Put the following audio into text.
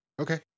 Okay